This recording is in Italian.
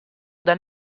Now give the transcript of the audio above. dal